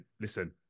listen